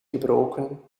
gebroken